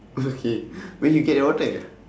okay where you get your water is